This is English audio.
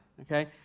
okay